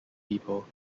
people